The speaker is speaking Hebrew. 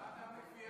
מה אתה מציע?